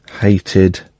Hated